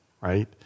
right